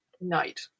night